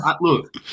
look